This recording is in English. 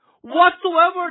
whatsoever